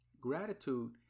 Gratitude